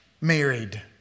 married